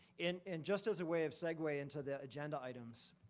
and and just as a way of segue into the agenda items,